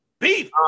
Beef